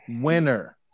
winner